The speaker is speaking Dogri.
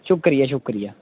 शुक्रिया शुक्रिया